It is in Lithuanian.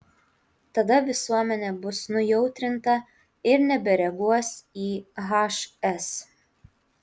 tada visuomenė bus nujautrinta ir nebereaguos į hs